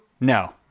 No